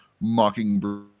mockingbird